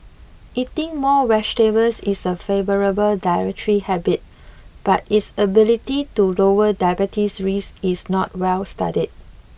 eating more vegetables is a favourable dietary habit but its ability to lower diabetes risk is not well studied